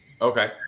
Okay